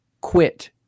Quit